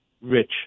rich